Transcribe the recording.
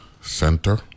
Center